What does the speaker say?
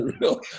real